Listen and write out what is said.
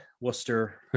Worcester